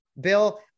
bill